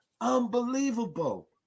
Unbelievable